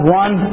one